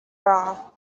bra